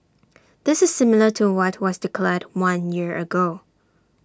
this is similar to what was declared one year ago